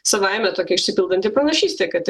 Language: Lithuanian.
savaime tokia išsipildanti pranašystė kad